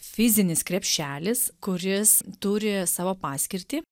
fizinis krepšelis kuris turi savo paskirtį